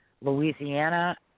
Louisiana